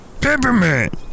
Peppermint